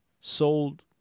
sold